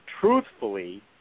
truthfully